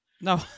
No